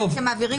כי יהיה